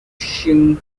shin